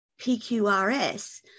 PQRS